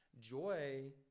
joy